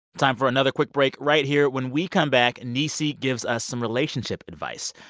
time for another quick break right here. when we come back, niecy gives us some relationship advice.